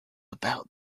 about